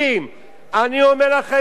אני אומר לכם, יש פה מדיניות